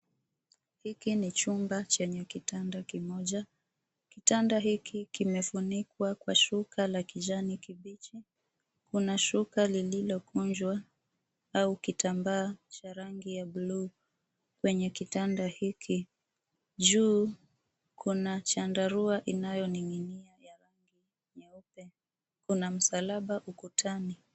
Hiki ni chumba chenye kitanda kimoja. Kitanda hiki kimefunikwa kwa shuka la kijani kibichi. Kuna shuka lililo kunjwa au kitambaa cha rangi ya bluu kwenye kitanda hiki. Juu kuna chandarua inayo ninginia ya rangi nyeupe. Kuna msalaba ukutani.